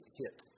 hit